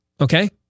okay